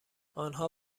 انها